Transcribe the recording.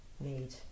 made